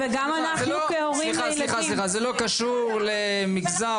גם אני בכובע של פורום ארגונים והורים למען ילדים עם מוגבלות,